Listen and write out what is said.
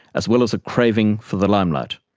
as well as a craving for the limelight.